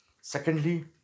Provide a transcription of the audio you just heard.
Secondly